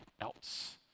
else